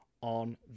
on